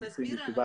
אז תסביר לנו,